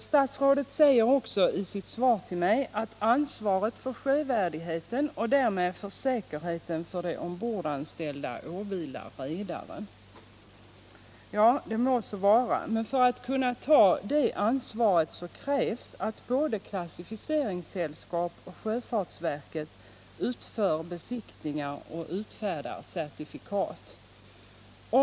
Statsrådet säger också i sitt svar att ansvaret för sjövärdigheten och därmed för säkerheten för de ombordanställda åvilar redaren. Det må så vara, men för att kunna ta detta ansvar krävs att både klassificeringssällskapen och sjöfartsverket utför besiktningar och utfärdar certifikat.